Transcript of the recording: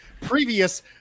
previous